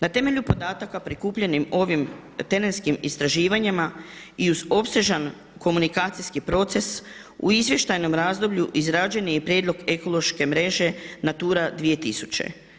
Na temelju podataka prikupljeni ovim terenskim istraživanjima i uz opsežan komunikacijski proces u izvještajnom razdoblju izrađen je i prijedlog ekološke mreže Natura 2000.